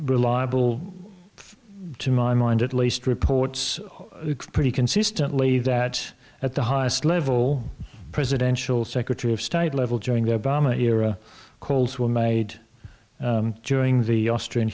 reliable to my mind at least reports pretty consistently that at the highest level presidential secretary of state level during the obama era calls were made during the austrian